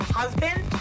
husband